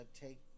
take